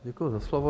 Děkuji za slovo.